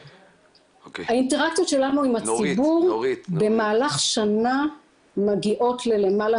האינטראקציות שלנו עם הציבור במהלך שנה מגיעות ללמעלה